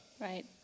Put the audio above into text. right